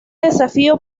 desafío